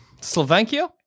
Slovakia